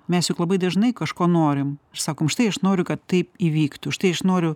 mes juk labai dažnai kažko norim ir sakom štai aš noriu kad taip įvyktų štai aš noriu